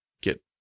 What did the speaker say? get